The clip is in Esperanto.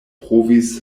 provis